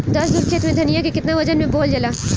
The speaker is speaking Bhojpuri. दस धुर खेत में धनिया के केतना वजन मे बोवल जाला?